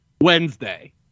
Wednesday